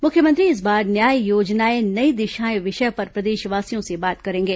मुख्यमंत्री इस बार न्याय योजनाएं नई दिशाएं विषय पर प्रदेशवासियों से बात करेंगे